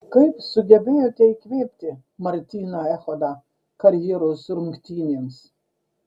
kaip sugebėjote įkvėpti martyną echodą karjeros rungtynėms